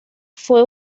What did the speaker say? fue